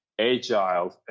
agile